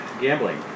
Gambling